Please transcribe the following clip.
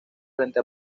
frente